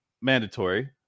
mandatory